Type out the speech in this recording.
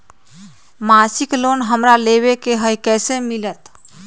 मासिक लोन हमरा लेवे के हई कैसे मिलत?